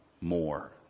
more